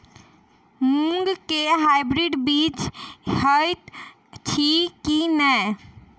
मूँग केँ हाइब्रिड बीज हएत अछि की नै?